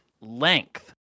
length